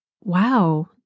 wow